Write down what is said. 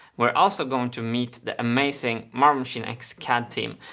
we're also going to meet the amazing marble machine x cad team.